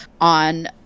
on